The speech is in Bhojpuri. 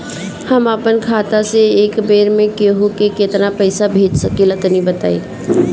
हम आपन खाता से एक बेर मे केंहू के केतना पईसा भेज सकिला तनि बताईं?